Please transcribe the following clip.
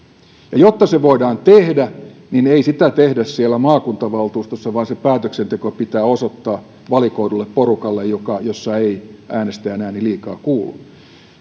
ja jotta se voidaan tehdä niin ei sitä tehdä maakuntavaltuustossa vaan päätöksenteko pitää osoittaa valikoidulle porukalle jossa ei äänestäjän ääni liikaa kuulu